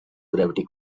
gravity